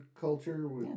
culture